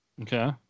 Okay